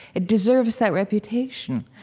it deserves that reputation.